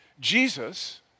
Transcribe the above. Jesus